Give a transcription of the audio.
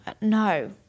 no